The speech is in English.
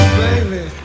baby